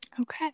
Okay